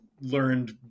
learned